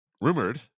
Rumored